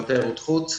לא תיירות חוץ.